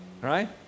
right